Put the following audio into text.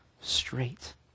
straight